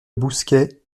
bousquet